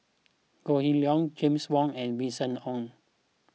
Goh Kheng Long James Wong and Winston Oh